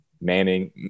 Manning